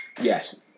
yes